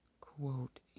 Quote